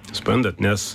suprantat nes